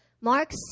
Mark